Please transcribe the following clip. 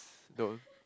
don't